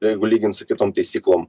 jeigu lygint su kitom taisyklom